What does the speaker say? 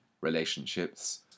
relationships